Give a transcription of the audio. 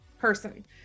person